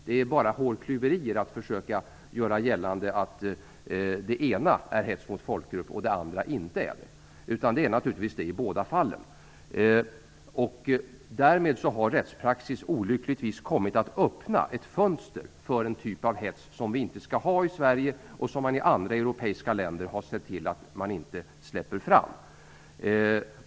Det är bara hårklyverier att försöka göra gällande att det ena är hets mot folkgrupp och det andra inte. Naturligtvis är det fråga om det i båda fallen. Därmed har rättspraxis olyckligtvis kommit att öppna ett fönster för en typ av hets som vi inte skall ha i Sverige, och som man i andra europeiska länder har sett till att inte släppa fram.